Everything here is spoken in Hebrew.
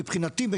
מבחינתי,